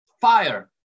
fire